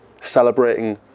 celebrating